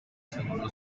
segundo